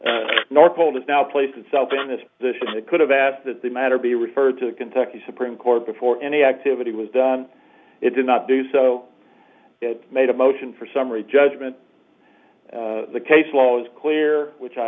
that nor cold as now place itself in this this is it could have asked that the matter be referred to the kentucky supreme court before any activity was done it did not do so it made a motion for summary judgment the case law is clear which i